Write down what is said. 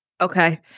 Okay